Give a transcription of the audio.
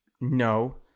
No